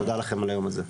תודה לכם על היום הזה.